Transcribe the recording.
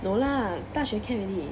no lah 大学 can already